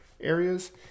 areas